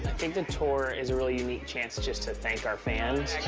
think the tour is a really unique chance just to thank our fans.